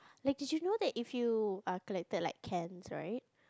like did you know that if you err collected like cans right